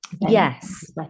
yes